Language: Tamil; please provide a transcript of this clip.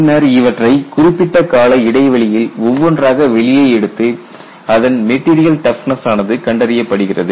பின்னர் இவற்றை குறிப்பிட்ட கால இடைவெளியில் ஒவ்வொன்றாக வெளியே எடுத்து அதன் மெட்டீரியல் டஃப்னஸ் ஆனது கண்டறியப்படுகிறது